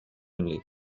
only